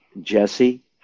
Jesse